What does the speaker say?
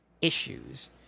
issues